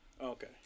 Okay